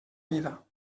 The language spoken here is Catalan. vida